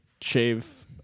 shave